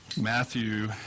Matthew